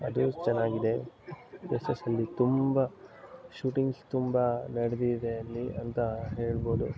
ಅದೂ ಚೆನ್ನಾಗಿದೆ ಎಸ್ಪೆಸಲಿ ತುಂಬ ಶೂಟಿಂಗ್ಸ್ ತುಂಬ ನಡೆದಿದೆ ಅಲ್ಲಿ ಅಂತ ಹೇಳ್ಬೋದು